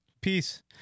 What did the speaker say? peace